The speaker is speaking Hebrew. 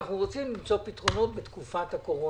אנחנו רוצים למצוא פתרונות בתקופת הקורונה.